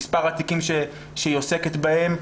מספר התיקים שהיא עוסקת בהם,